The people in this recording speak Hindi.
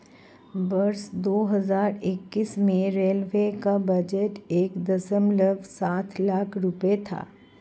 वर्ष दो हज़ार इक्कीस में रेलवे का बजट एक दशमलव सात लाख रूपये था